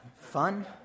fun